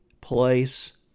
place